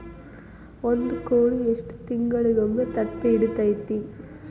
ಒಂದ್ ಕೋಳಿ ಎಷ್ಟ ತಿಂಗಳಿಗೊಮ್ಮೆ ತತ್ತಿ ಇಡತೈತಿ?